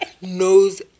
knows